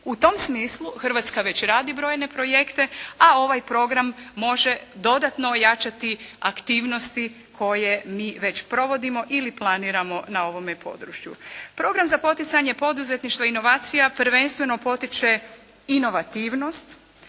U tom smislu Hrvatska već radi brojne projekte a ovaj program može dodatno ojačati aktivnosti koje mi već provodimo ili planiramo na ovome području. Program za poticanje poduzetništva i inovacija prvenstveno potiče inovativnost,